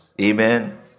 Amen